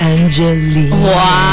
Angelina